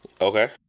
Okay